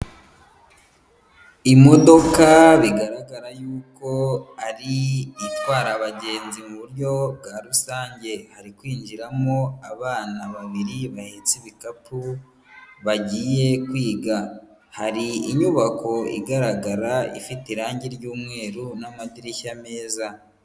Imodoka bigaragara yuko ari itwara abagenzi mu buryo bwa rusange, hari kwinjiramo abana babiri bahetse ibicapu bagiye kwiga, hari inyubako igaragara ifite irangi ry'umweru n'amadirishya meza.